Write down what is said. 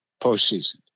postseason